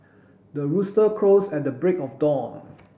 the rooster crows at the break of dawn